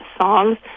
songs